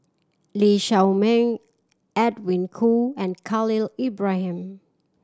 Lee Shao Meng Edwin Koo and Khalil Ibrahim